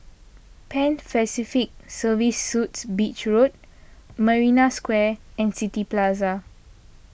Pan Pacific Serviced Suites Beach Road Marina Square and City Plaza